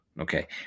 Okay